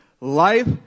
life